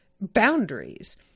boundaries